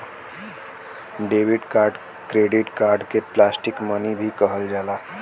debit card credit card के plastic money भी कहल जाला